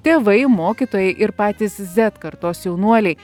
tėvai mokytojai ir patys z kartos jaunuoliai